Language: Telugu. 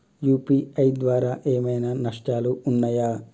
యూ.పీ.ఐ ద్వారా ఏమైనా నష్టాలు ఉన్నయా?